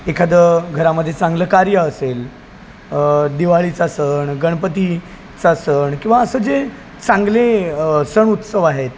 एखादं घरामध्ये चांगलं कार्य असेल दिवाळीचा सण गणपतीचा सण किंवा असं जे चांगले सण उत्सव आहेत